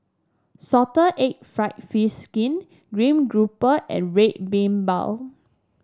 Salted Egg fried fish skin stream grouper and Red Bean Bao